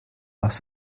was